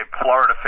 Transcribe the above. Florida